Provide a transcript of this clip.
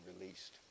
released